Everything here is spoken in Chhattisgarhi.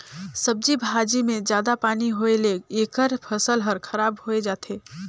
सब्जी भाजी मे जादा पानी होए ले एखर फसल हर खराब होए जाथे